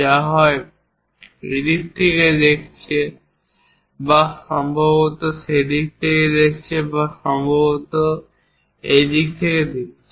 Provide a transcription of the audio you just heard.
যা হয় এদিক থেকে দেখছে বা সম্ভবত সেই দিক থেকে দেখছে বা সম্ভবত এই দিক থেকে দেখছে